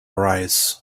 arise